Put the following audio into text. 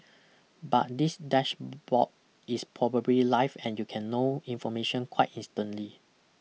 but this dashboard is probably live and you can know information quite instantly